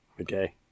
Okay